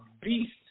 beast